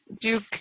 Duke –